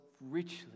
richly